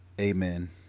amen